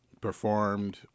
performed